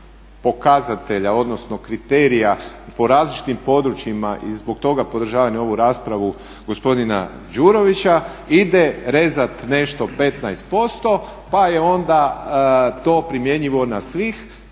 pokazatelja odnosno kriterija po različitim područjima, i zbog toga podržavam i ovu raspravu gospodina Đurovića, ide rezati nešto 15% pa je onda to primjenjivo na svih.